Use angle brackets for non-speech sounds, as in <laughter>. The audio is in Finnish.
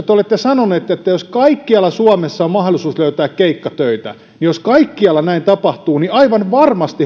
<unintelligible> te olette sanonut että kaikkialla suomessa on mahdollisuus löytää keikkatöitä niin jos kaikkialla näin tapahtuu niin aivan varmasti